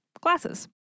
Glasses